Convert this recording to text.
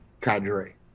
cadre